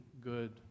good